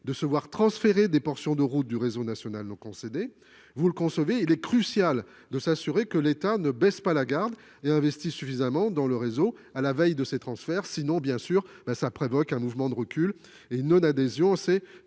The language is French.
de se voir transférer des portions de route du réseau national non concédé, il est crucial de s'assurer que l'État ne baisse pas la garde et investit suffisamment dans le réseau, à la veille de ces transferts. Sinon, cela provoquera bien sûr un mouvement de recul et une non-adhésion